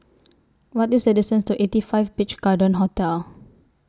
What IS The distance to eighty five Beach Garden Hotel